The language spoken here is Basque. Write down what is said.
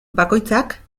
bakoitzak